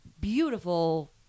beautiful